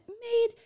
made